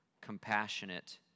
compassionate